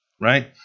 right